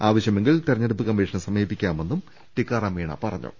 ആ വ ശ്യമെങ്കിൽ തിരഞ്ഞെടുപ്പു ക മ്മീഷനെ സമീപിക്കാമെന്നും ടിക്കാറാം മീണ പറഞ്ഞു